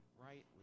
rightly